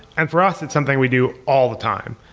and for us, it's something we do all the time.